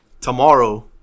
Tomorrow